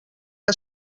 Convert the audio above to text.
que